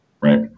right